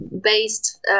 based